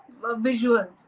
visuals